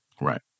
Right